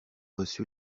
reçu